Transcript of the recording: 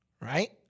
Right